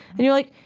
and you're like,